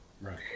Right